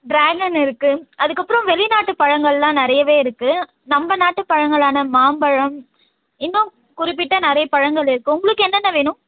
dragon இருக்குது அதுக்கப்புறம் வெளிநாட்டு பழங்களெலாம் நிறையவே இருக்குது நம்ப நாட்டு பழங்களான மாம்பழம் இன்னும் குறிப்பிட்ட நிறைய பழங்கள் இருக்குது உங்களுக்கு என்னென்ன வேணும்